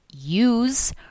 use